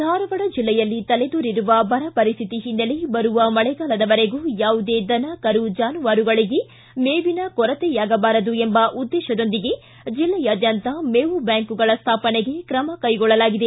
ಧಾರವಾಡ ಜಿಲ್ಲೆಯಲ್ಲಿ ತಲೆದೋರಿರುವ ಬರಪರಿಸ್ತಿತಿ ಹಿನ್ನೆಲೆ ಬರುವ ಮಳೆಗಾಲದವರೆಗೂ ಯಾವುದೇ ದನ ಕರು ಜಾನುವಾರುಗಳಿಗೆ ಮೇವಿನ ಕೊರತೆಯಾಗಬಾರದು ಎಂಬ ಉದ್ದೇಶದೊಂದಿಗೆ ಜಿಲ್ಲೆಯಾದ್ಯಂತ ಮೇವು ಬ್ಯಾಂಕುಗಳ ಸ್ಥಾಪನೆಗೆ ಕ್ರಮ ಕೈಗೊಳ್ಳಲಾಗಿದೆ